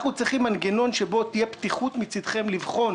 אנחנו צריכים מנגנון שבו תהיה פתיחוּת מצדכם לבחון